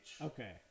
Okay